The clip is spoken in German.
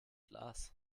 glas